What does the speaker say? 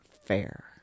fair